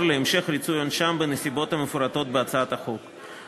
להמשך ריצוי עונשם בנסיבות המפורטות בהצעת החוק.